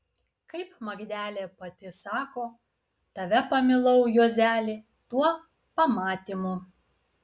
kaip magdelė pati sako tave pamilau juozeli tuo pamatymu